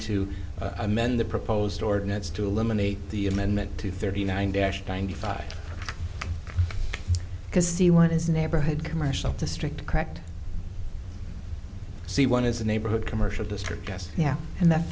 to amend the proposed ordinance to eliminate the amendment to thirty nine dash ninety five because see what is neighborhood commercial district correct c one is a neighborhood commercial district yes yeah and th